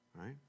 right